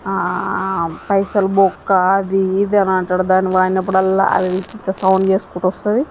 పైసలు బొక్క అది ఇది అని అంటాడు దాన్ని వాడినప్పుడల్లా అది ఇంత ఇంత సౌండ్ చేసుకుంటూ వస్తుంది